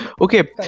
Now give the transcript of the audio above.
Okay